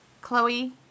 Chloe